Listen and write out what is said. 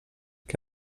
que